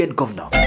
governor